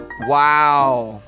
Wow